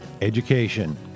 Education